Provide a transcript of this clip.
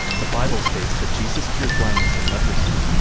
the bible states that jesus cured blindness and leprosy,